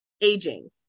aging